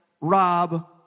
rob